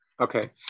Okay